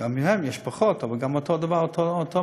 גם להם יש פחות, אבל אותו דבר, אותו מצב,